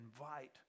invite